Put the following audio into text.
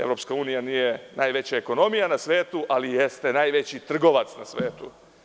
Evropska unija nije najveća ekonomija na svetu, ali jeste najveći trgovac na svetu.